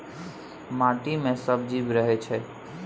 माटि मे सब जीब रहय छै